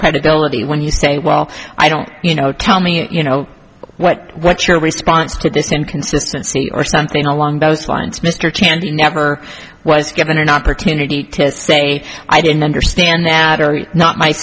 credibility when you say well i don't you know tell me you know what what's your response to this inconsistency or something along those lines mr chandy never was given an opportunity to say i didn't understand that very not my